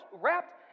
wrapped